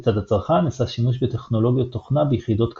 בצד הצרכן נעשה שימוש בטכנולוגיות תוכנה ביחידות קצה.